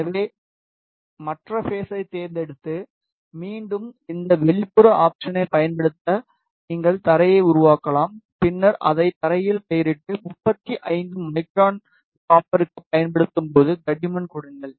எனவே மற்ற பேஸை தேர்ந்தெடுத்து மீண்டும் இந்த வெளிப்புற ஆப்ஷனை பயன்படுத்த நீங்கள் தரையை உருவாக்கலாம் பின்னர் அதை தரையில் பெயரிட்டு 35 மைக்ரான் காப்பர்க்குப் பயன்படுத்தும்போது தடிமன் கொடுங்கள்